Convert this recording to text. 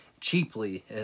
cheaply